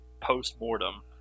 post-mortem